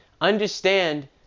Understand